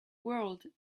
world